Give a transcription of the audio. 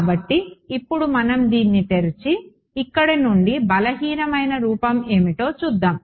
కాబట్టి ఇప్పుడు మనం దీన్ని తెరిచి ఇక్కడ నుండి బలహీనమైన రూపం ఏమిటో చూద్దాం